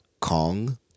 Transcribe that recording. Kong